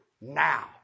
now